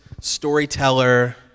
storyteller